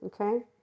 okay